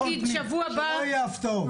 שלא תהיינה הפתעות.